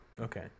Okay